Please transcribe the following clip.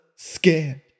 Scared